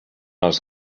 els